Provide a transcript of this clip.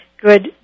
good